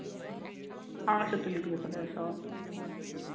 اچھا تُلِو بِہِو خۄدایَس حَوالہٕ